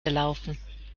gelaufen